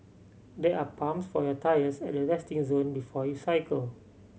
there are pumps for your tyres at the resting zone before you cycle